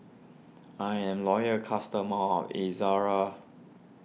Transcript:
I'm a loyal customer of Ezerra